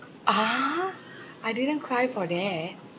!huh! I didn't cry for that